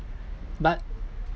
but